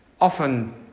often